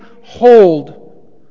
hold